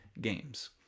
games